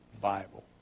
Bible